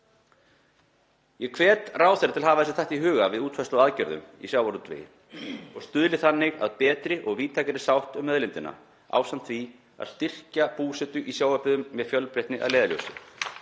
Ég hvet ráðherra til að hafa þetta í huga við útfærslu á aðgerðum í sjávarútvegi og stuðla þannig að betri og víðtækari sátt um auðlindina ásamt því að styrkja búsetu í sjávarbyggðum með fjölbreytni að leiðarljósi.